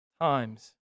times